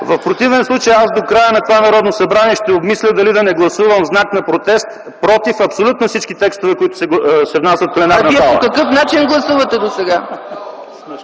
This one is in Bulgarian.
В противен случай аз до края на това Народно събрание ще обмисля дали да не гласувам в знак на протест против абсолютно всички текстове, които се внасят в пленарната зала. ПРЕДСЕДАТЕЛ ЦЕЦКА ЦАЧЕВА: А Вие по какъв начин гласувате досега?!